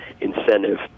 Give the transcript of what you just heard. incentive